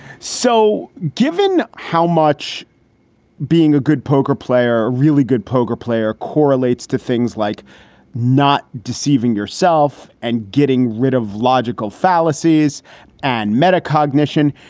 so given how much being a good poker player, really good poker player correlates to things like not deceiving yourself and getting rid of logical fallacies and metacognition,